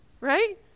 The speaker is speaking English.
Right